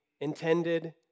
intended